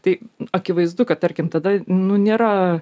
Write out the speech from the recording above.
tai akivaizdu kad tarkim tada nu nėra